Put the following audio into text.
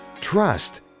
trust